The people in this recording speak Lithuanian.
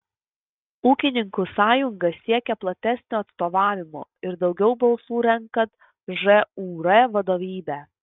ūkininkų sąjunga siekia platesnio atstovavimo ir daugiau balsų renkant žūr vadovybę